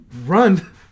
run